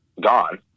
gone